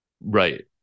Right